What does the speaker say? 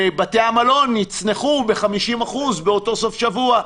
ובתי המלון יצנחו ב-50% באותו סוף שבוע,